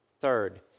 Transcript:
Third